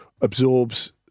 absorbs